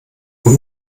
und